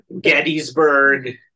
Gettysburg